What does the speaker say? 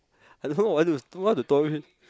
I don't know what the what's the story